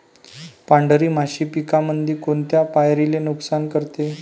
पांढरी माशी पिकामंदी कोनत्या पायरीले नुकसान करते?